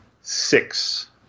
Six